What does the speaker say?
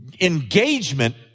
engagement